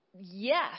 yes